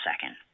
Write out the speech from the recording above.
second